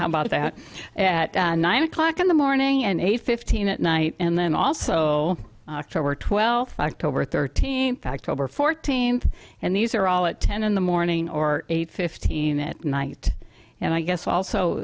how about that at nine o'clock in the morning and eight fifteen at night and then also october twelfth october thirteenth fact over fourteenth and these are all at ten in the morning or eight fifteen it night and i guess also